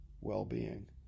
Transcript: well-being